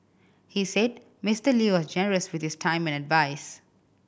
he said Mister Lee was generous with his time and advise